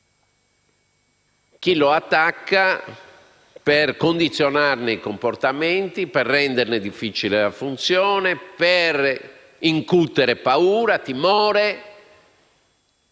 dello Stato, per condizionarne i comportamenti, per renderne difficile la funzione, per incutere paura, timore